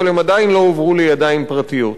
אבל הם עדיין לא הועברו לידיים פרטיות.